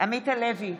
עמית הלוי,